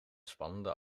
spannende